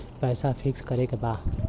पैसा पिक्स करके बा?